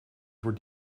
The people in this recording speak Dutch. voor